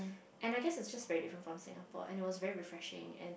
and I guess it's just very different from Singapore and it was very refreshing and